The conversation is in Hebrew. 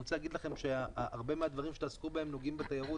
אני רוצה להגיד לכם שהרבה מהדברים שתעסקו בהם בוועדה נוגעים בתיירות,